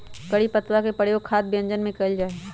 करी पत्तवा के प्रयोग खाद्य व्यंजनवन में कइल जाहई